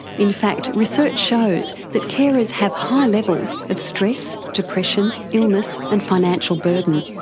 in fact research shows that carers have high levels of stress, depression, illness and financial burden.